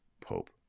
Pope